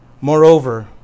Moreover